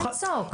לא לצעוק.